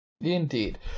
Indeed